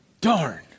Darn